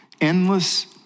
endless